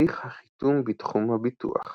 הליך החיתום בתחום הביטוח